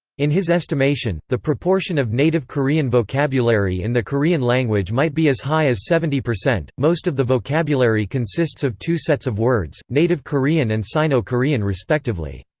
in his estimation, the proportion of native korean vocabulary in the korean language might be as high as seventy most of the vocabulary consists of two sets of words native korean and sino korean respectively.